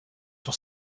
sur